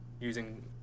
using